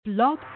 Blog